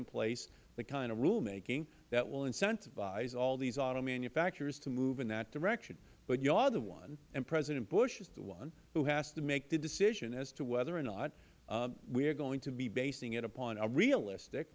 in place the kind of rulemaking that will incentivize all the auto manufacturers to move in that direction but you are the one and president bush is the one who has to make the decision as to whether or not we are going to be basing it upon a realistic